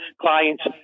clients